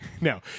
No